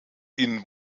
ihnen